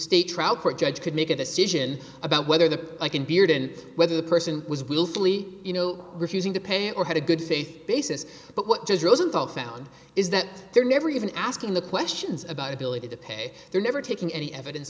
state trial court judge could make a decision about whether the eye can beard and whether the person was willfully you know refusing to pay or had a good faith basis but what does rosenthal found is that they're never even asking the questions about ability to pay they're never taking any evidence